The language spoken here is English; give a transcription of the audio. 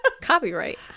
Copyright